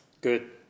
Good